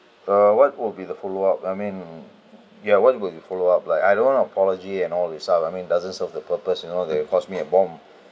err what would be the follow up I mean ya what would you follow up like I don't want apology and all the stuff I mean it doesn't serve the purpose you know they had caused me a bomb